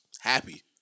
happy